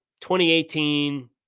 2018